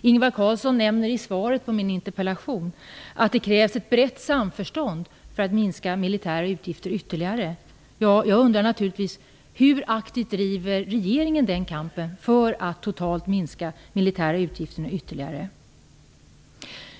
Ingvar Carlsson nämner i svaret på min interpellation att det krävs ett brett samförstånd för att minska de militära utgifterna ytterligare. Jag undrar naturligtvis: Hur aktivt driver regeringen kampen för att totalt minska de militära utgifterna ytterligare?